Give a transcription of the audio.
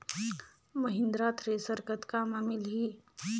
Mahindra thresher कतका म मिलही?